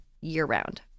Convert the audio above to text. year-round